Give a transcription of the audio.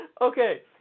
Okay